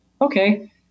okay